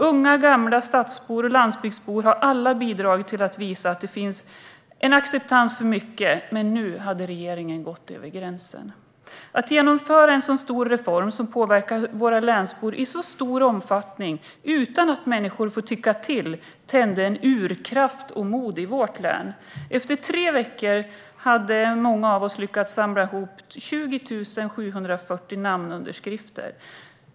Unga, gamla, stadsbor och landsbygdsbor har alla bidragit till att visa att det finns en acceptans för mycket, men nu hade regeringen gått över gränsen. Att genomföra en sådan här stor reform som påverkar våra länsbor i så stor omfattning utan att människor får tycka till tände en urkraft och ett mod i vårt län. Efter tre veckor hade många av oss lyckats samla ihop 20 740 namnunderskrifter.